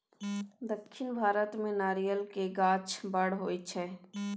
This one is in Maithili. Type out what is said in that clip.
दक्खिन भारत मे नारियल केर गाछ बड़ होई छै